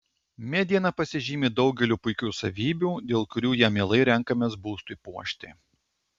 mediena pasižymi daugeliu puikių savybių dėl kurių ją mielai renkamės būstui puošti